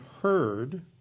heard